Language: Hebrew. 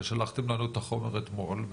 ששלחתם לנו את החומר אתמול,